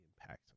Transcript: impact